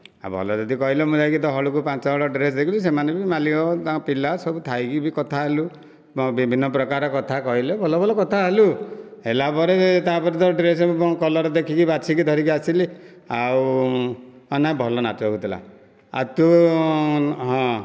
ଆଉ ଭଲ ଯଦି କହିଲେ ମୁଁ ଯାଇକି ତ ହଳକୁ ପାଞ୍ଚ ହଳ ଡ୍ରେସ୍ ଦେଖିଲି ସେମାନେ ବି ମାଲିକ ଓ ତାଙ୍କ ପିଲା ସବୁ ଥାଇକି ବି କଥା ହେଲୁ ବିଭିନ୍ନ ପ୍ରକାରର କଥା କହିଲେ ଭଲ ଭଲ କଥା ହେଲୁ ହେଲା ପରେ ତା ପରେ ତ ଡ୍ରେସ୍ ସବୁ କଣ କଲର୍ ଦେଖିକି ବାଛିକି ଧରିକି ଆସିଲି ଆଉ ହଁ ନାଇ ଭଲ ନାଚ ହେଉଥିଲା ଆଉ ତୁ ହଁ